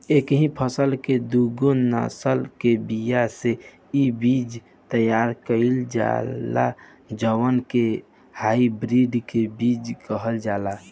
एकही फसल के दूगो नसल के बिया से इ बीज तैयार कईल जाला जवना के हाई ब्रीड के बीज कहल जाला